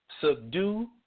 subdue